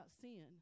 sin